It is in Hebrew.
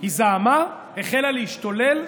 היא זעמה, החלה להשתולל,